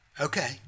Okay